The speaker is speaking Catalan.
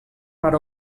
per